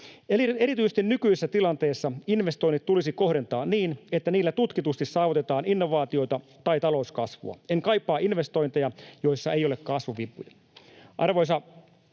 Erityisesti nykyisessä tilanteessa investoinnit tulisi kohdentaa niin, että niillä tutkitusti saavutetaan innovaatiota tai talouskasvua. En kaipaa investointeja, joissa ei ole kasvukipuja.